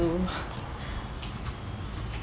to